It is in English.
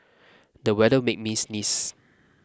the weather made me sneeze